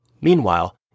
Meanwhile